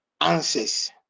answers